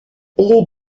les